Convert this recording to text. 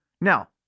Now